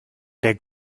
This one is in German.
der